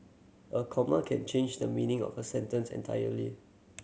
a comma can change the meaning of a sentence entirely